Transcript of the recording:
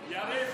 יריב,